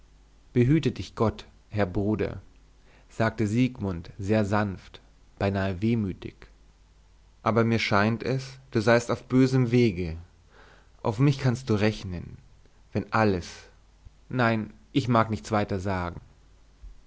behüte dich gott herr bruder sagte siegmund sehr sanft beinahe wehmütig aber mir scheint es du seist auf bösem wege auf mich kannst du rechnen wenn alles nein ich mag nichts weiter sagen